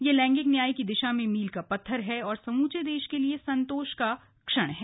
यह लैंगिंक न्याय की दिशा में मील का पत्थर है और समूचे देश के लिए संतोष का क्षण है